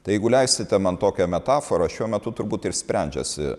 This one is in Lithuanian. tai jeigu leisite man tokią metaforą šiuo metu turbūt ir sprendžiasi